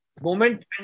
moment